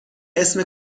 اسم